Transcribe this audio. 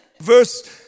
verse